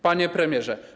Panie Premierze!